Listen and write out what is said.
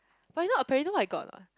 but you know apparently know what I got or not